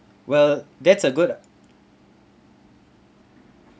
well that's a good